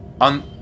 On